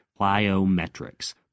plyometrics